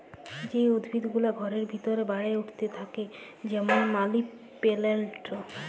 যে উদ্ভিদ গুলা ঘরের ভিতরে বাড়ে উঠ্তে পারে যেমল মালি পেলেলট